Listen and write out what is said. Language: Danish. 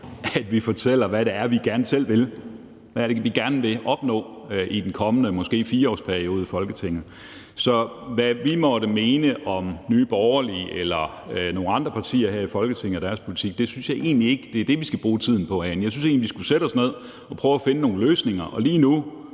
selv vil, og hvad det er, vi gerne vil opnå i den kommende 4-årsperiode i Folketinget. Så hvad vi måtte mene om Nye Borgerlige eller andre partier her i Folketinget og om deres politik, synes jeg egentlig ikke er det, vi skal bruge tiden på herinde. Jeg synes egentlig, at vi skulle sætte os ned og prøve at finde nogle løsninger. Lige nu